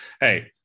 Hey